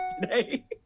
today